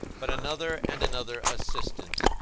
but another and another assistant,